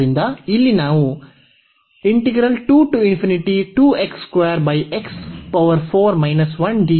ಆದ್ದರಿಂದ ಇಲ್ಲಿ ನಾವು ಅನ್ನು ಹೊಂದಿರುವ ಉದಾಹರಣೆಯಾಗಿದೆ